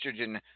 Estrogen